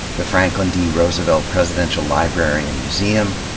the franklin d. roosevelt presidential library and museum,